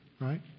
Right